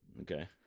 Okay